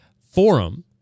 forum